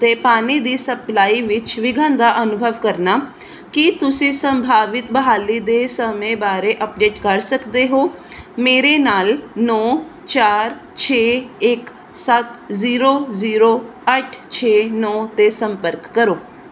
'ਤੇ ਪਾਣੀ ਦੀ ਸਪਲਾਈ ਵਿੱਚ ਵਿਘਨ ਦਾ ਅਨੁਭਵ ਕਰਨਾ ਕੀ ਤੁਸੀਂ ਸੰਭਾਵਿਤ ਬਹਾਲੀ ਦੇ ਸਮੇਂ ਬਾਰੇ ਅੱਪਡੇਟ ਕਰ ਸਕਦੇ ਹੋ ਮੇਰੇ ਨਾਲ ਨੌ ਚਾਰ ਛੇ ਇੱਕ ਸੱਤ ਜ਼ੀਰੋ ਜ਼ੀਰੋ ਅੱਠ ਛੇ ਨੌ 'ਤੇ ਸੰਪਰਕ ਕਰੋ